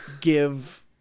give